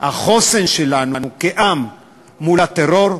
החוסן שלנו כעם מול הטרור,